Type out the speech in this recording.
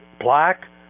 black